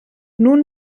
nun